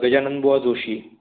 Gajananbuwa Joshi